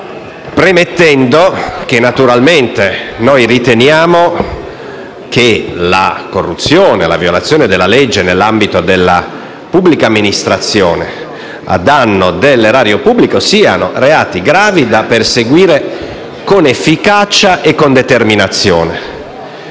premettendo che noi riteniamo che la corruzione e la violazione della legge nell'ambito della pubblica amministrazione a danno dell'Erario pubblico siano reati gravi da perseguire con efficacia e determinazione.